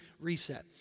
reset